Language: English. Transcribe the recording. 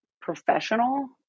professional